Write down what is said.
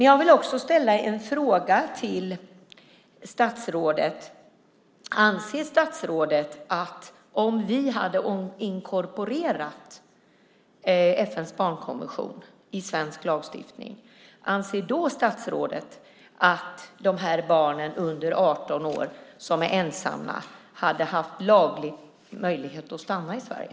Jag vill också ställa en fråga till statsrådet: Om vi hade inkorporerat FN:s barnkonvention i svensk lagstiftning, anser då statsrådet att de här barnen under 18 år som är ensamma hade haft laglig möjlighet att stanna i Sverige?